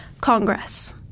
Congress